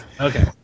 Okay